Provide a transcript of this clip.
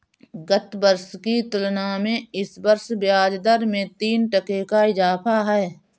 गत वर्ष की तुलना में इस वर्ष ब्याजदर में तीन टके का इजाफा है